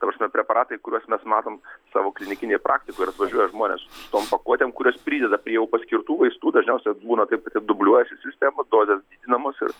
ta prasme preparatai kuriuos mes matom savo klinikinėj praktikoj ir atvažiuoja žmonės su tom pakuotėm kurias prideda prie jau paskirtų vaistų dažniausiai būna taip kad ten dubliuojasi sistemos dozės didinamos ir